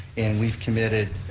and we've committed,